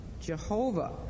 Jehovah